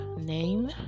name